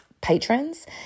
patrons